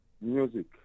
music